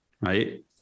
right